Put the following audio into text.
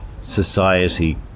society